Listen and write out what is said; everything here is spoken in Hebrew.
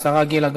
39,